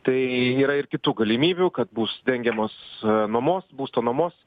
tai yra ir kitų galimybių kad bus dengiamos nuomos būsto nuomos